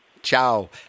Ciao